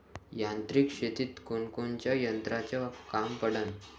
यांत्रिक शेतीत कोनकोनच्या यंत्राचं काम पडन?